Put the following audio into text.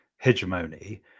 hegemony